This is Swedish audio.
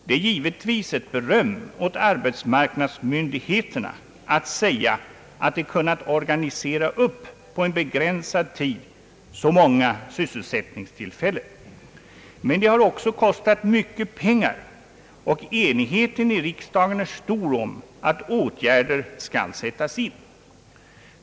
Det är givetvis ett beröm åt arbetsmarknadsmyndigheterna att säga, att de på en begränsad tid kunnat organisera upp så många sysselsättningstillfällen; men det har också kostat mycket pengar. Enigheten i riksdagen är stor om att åtgärder skall sättas in.